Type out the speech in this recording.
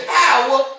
power